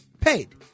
paid